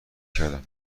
کردم